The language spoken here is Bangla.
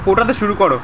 ফোটাতে শুরু করো